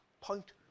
point